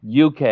UK